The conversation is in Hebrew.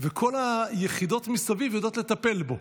וכל היחידות מסביב יודעות לטפל בו.